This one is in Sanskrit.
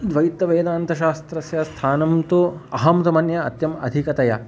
द्वैतवेदान्तशास्त्रस्य स्थानं तु अहं तु मन्ये अत्यन्तम् अधिकतया